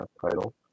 title